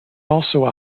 also